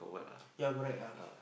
yeah correct ah